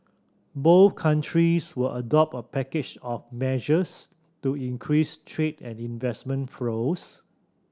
both countries will adopt a package of measures to increase trade and investment flows